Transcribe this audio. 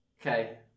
Okay